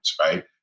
right